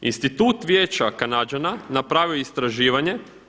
Institut Vijeća Kanađana napravio je istraživanje.